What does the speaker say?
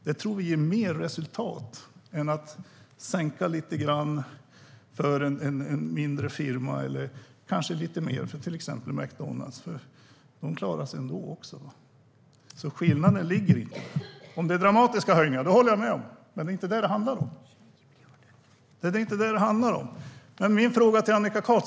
Det tror vi ger mer resultat än att sänka lite grann för en mindre firma eller kanske lite mer för till exempel McDonalds, för de klarar sig ändå. Om det är dramatiska höjningar håller jag med, men det är inte det som det handlar om.